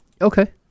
Okay